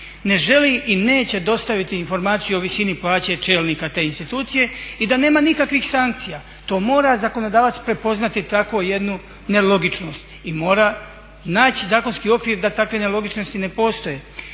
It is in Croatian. ne želi i neće dostaviti informaciju o visini plaće čelnika te institucije i da nema nikakvih sankcija. To mora zakonodavac prepoznati takvu jednu nelogičnost i mora naći zakonski okvir da takve nelogičnosti ne postoje.